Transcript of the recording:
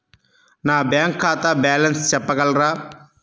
నా బ్యాంక్ ఖాతా బ్యాలెన్స్ చెప్పగలరా?